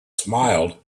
smiled